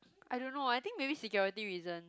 I don't know I think maybe security reasons